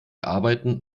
arbeiten